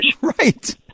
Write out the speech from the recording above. Right